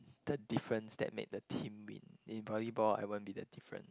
the difference that made the team win in volleyball I won't be the different